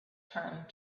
turned